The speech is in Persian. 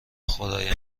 خدای